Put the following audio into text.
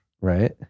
right